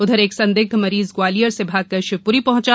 उधर एक संदिग्ध मरीज ग्वालियर से भागकर शिवपुरी पहॅचा